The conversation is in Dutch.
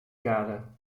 kade